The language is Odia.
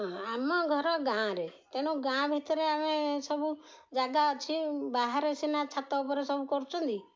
ହଁ ଆମ ଘର ଗାଁରେ ତେଣୁ ଗାଁ ଭିତରେ ଆମେ ସବୁ ଜାଗା ଅଛି ବାହାରେ ସିନା ଛାତ ଉପରେ ସବୁ କରୁଛନ୍ତି